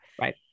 Right